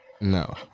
No